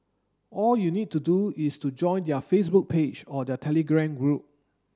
all you need to do is to join their Facebook page or their Telegram group